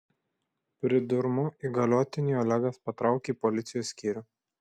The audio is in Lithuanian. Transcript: pridurmu įgaliotiniui olegas patraukė į policijos skyrių